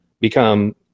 become